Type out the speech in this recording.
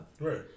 right